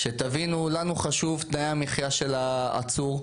תבינו שלנו חשובים תנאי המחיה של העצור.